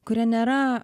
kurie nėra